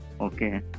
Okay